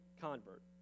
convert